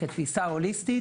כתפיסה הוליסטית,